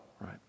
right